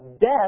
Death